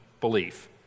belief